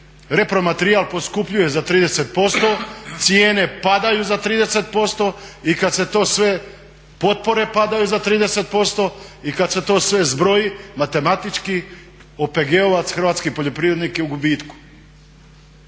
repromaterijal poskupljuje za 30%, cijene padaju za 30%, potpore padaju za 30% i kad se to sve zbroji matematički OPG-ovac, hrvatski poljoprivrednik je u gubitku.